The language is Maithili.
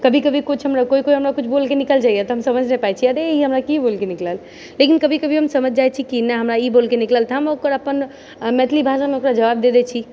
कभी कभी कुछ हमरा कोइ कोइ बोलके निकल जाइए तऽ हम समझ नहि पाय छियै अरे हमरा ई बोलिके निकलल लेकिन कभी कभी हम समझ जाय छी कि नहि हमरा ई बोलके निकलल तऽ हम मैथिली भाषामे ओकर जवाब दऽ दै छी